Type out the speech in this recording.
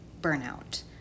burnout